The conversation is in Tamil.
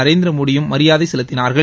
நரேந்திர மோடியும் மியாதை செவுத்தினார்கள்